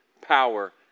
power